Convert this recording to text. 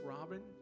Robin